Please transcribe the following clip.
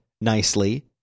nicely